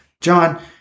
John